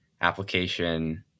application